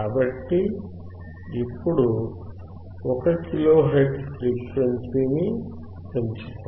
కాబట్టి ఇప్పుడు 1 kilohertz వరకు ఫ్రీక్వెన్సీని పెంచుకుందాం